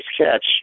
catch